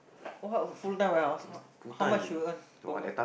what a full time how much you earn per month